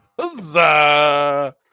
Huzzah